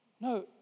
No